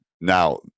now